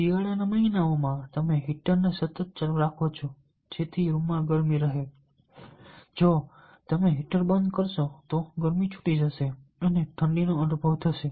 શિયાળાના મહિનાઓમાં તમે હીટરને સતત ચાલુ રાખો છો જેથી રૂમમાં ગરમી રહે જો તમે હીટર બંધ કરશો તો ગરમી છૂટી જશે અને ઠંડીનો અનુભવ થશે